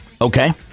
Okay